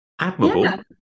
Admirable